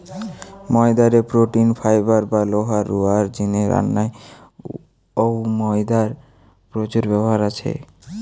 ময়দা রে protein, fibre বা লোহা রুয়ার জিনে রান্নায় অউ ময়দার প্রচুর ব্যবহার আছে